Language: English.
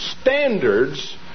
standards